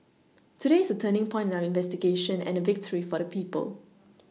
today is a turning point in our investigation and a victory for the people